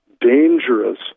dangerous